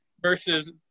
versus